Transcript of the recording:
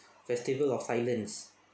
festival of silence